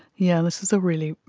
yeah this is a really,